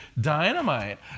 dynamite